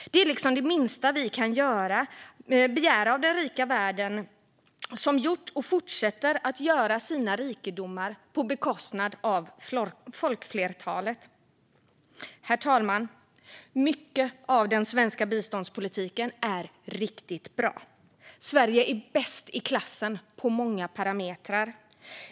Det är liksom det minsta vi kan begära av den rika världen, som gjort, och fortsätter att göra, sina rikedomar på bekostnad av folkflertalet. Herr talman! Mycket av den svenska biståndspolitiken är riktigt bra. Sverige är bäst i klassen på många parametrar.